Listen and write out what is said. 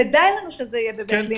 כדאי שזה יהיה לנו בבית לין,